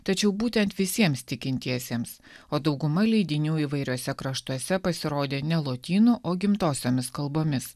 tačiau būtent visiems tikintiesiems o dauguma leidinių įvairiuose kraštuose pasirodė ne lotynų o gimtosiomis kalbomis